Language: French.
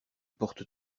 porte